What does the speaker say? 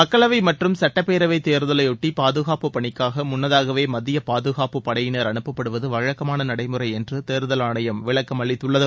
மக்களவை மற்றும் சுட்டப்பேரவைத் தேர்தலையொட்டி பாதுகாப்புப் பணிக்காக முன்னதாகவே மத்திய பாதுகாப்பு படையினர் அனுப்பப்படுவது வழக்கமான நடைமுறை என்று தலைமைத் தேர்தல் ஆணையம் விளக்கமளித்துள்ளது